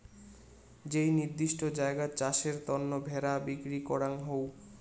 যেই নির্দিষ্ট জায়গাত চাষের তন্ন ভেড়া বিক্রি করাঙ হউ